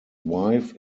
wife